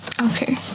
Okay